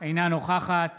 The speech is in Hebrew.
אינה נוכחת